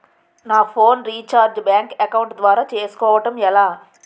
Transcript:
నా phone recharge bank account ద్వారా చేసుకోవటం ఎలా?